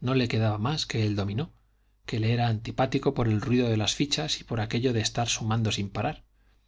no le quedaba más que el dominó que le era antipático por el ruido de las fichas y por aquello de estar sumando sin parar